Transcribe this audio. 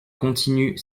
continue